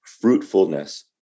fruitfulness